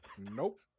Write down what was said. Nope